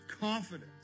Confidence